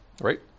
Right